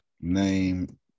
name